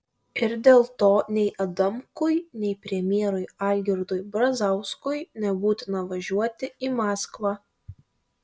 ir dėl to nei adamkui nei premjerui algirdui brazauskui nebūtina važiuoti į maskvą